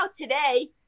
today